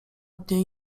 dnie